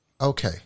Okay